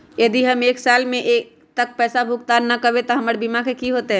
यदि हम एक साल तक पैसा भुगतान न कवै त हमर बीमा के की होतै?